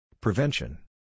Prevention